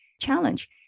challenge